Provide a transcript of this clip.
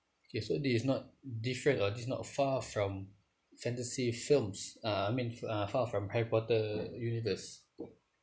okay so this is not different or this not far from fantasy films uh I mean uh far from harry potter universe